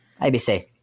ABC